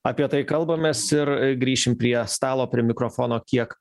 apie tai kalbamės ir grįšim prie stalo prie mikrofono kiek